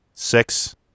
Six